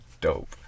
dope